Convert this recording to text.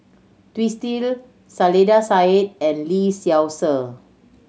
Twisstii Saiedah Said and Lee Seow Ser